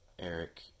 Eric